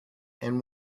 and